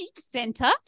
Center